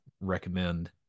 recommend